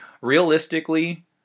realistically